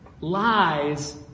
lies